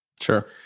Sure